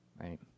right